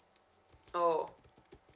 oh